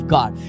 God